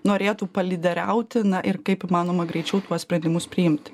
norėtų palyderiauti na ir kaip įmanoma greičiau tuos sprendimus priimti